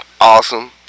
awesome